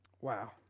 Wow